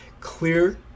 clear